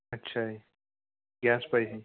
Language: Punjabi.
ਅੱਛਾ ਜੀ ਗੈਸ ਪਾਈ ਸੀ